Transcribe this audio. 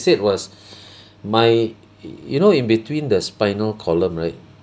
said was my y~ you know in between the spinal column right